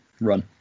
run